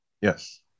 Yes